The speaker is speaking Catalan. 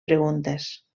preguntes